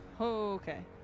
Okay